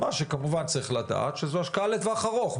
מה שכמובן צריך לדעת שזו השקעה לטווח ארוך,